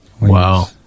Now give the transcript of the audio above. Wow